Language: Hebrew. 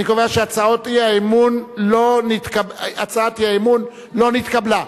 אני קובע שהצעת האי-אמון לא נתקבלה.